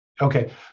Okay